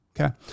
Okay